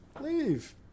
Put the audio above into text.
leave